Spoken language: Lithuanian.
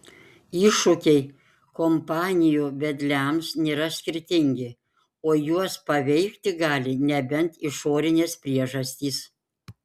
iššūkiai kompanijų vedliams nėra skirtingi o juos paveikti gali nebent išorinės priežastys